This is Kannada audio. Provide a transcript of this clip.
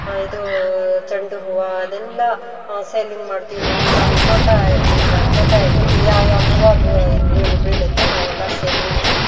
ಇದು ಚೆಂಡು ಹೂವು ಅದೆಲ್ಲ ಸೇಲಿಂಗ್ ಮಾಡ್ತೀವಿ ನಾವು ನಮ್ಮ ತೋಟ ಎಲ್ಲ ತೋಟಯಲ್ಲಿ ಯಾವ್ಯಾವ ಹೂವು ಬ ಇದು ಬೀಳು ಬೀಳುತ್ತೆ ನಾವೆಲ್ಲ ಸೇಲಿಂಗು